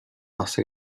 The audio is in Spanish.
hace